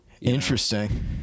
Interesting